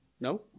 No